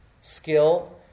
Skill